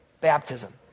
baptism